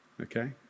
Okay